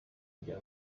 bya